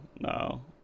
no